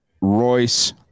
Royce